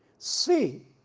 see,